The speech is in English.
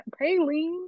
praline